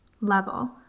level